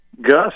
Gus